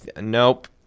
nope